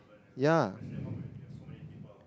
yeah